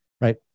right